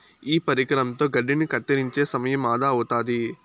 ఈ పరికరంతో గడ్డిని కత్తిరించే సమయం ఆదా అవుతాది